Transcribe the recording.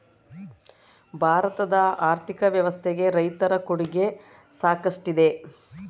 ಭಾರತದ ಆರ್ಥಿಕ ವ್ಯವಸ್ಥೆಗೆ ರೈತರ ಕೊಡುಗೆ ಸಾಕಷ್ಟಿದೆ